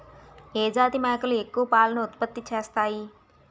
ఏ జాతి మేకలు ఎక్కువ పాలను ఉత్పత్తి చేస్తాయి?